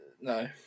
No